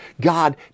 God